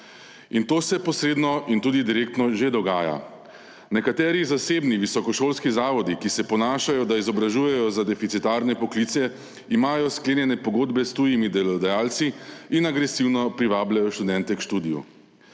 In to se posredno in tudi direktno že dogaja. Nekateri zasebni visokošolski zavodi, ki se ponašajo, da izobražujejo za deficitarne poklice, imajo sklenjene pogodbe s tujimi delodajalci in agresivno privabljajo študente k študiju.